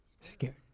Scared